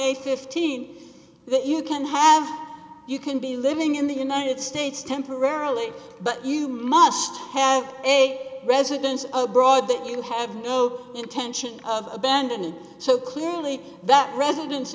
and fifteen that you can have you can be living in the united states temporarily but you must have a residence abroad that you have no intention of abandoning so clearly that residen